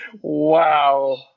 Wow